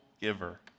giver